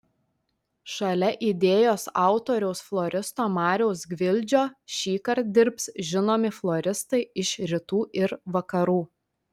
šalia idėjos autoriaus floristo mariaus gvildžio šįkart dirbs žinomi floristai iš rytų ir vakarų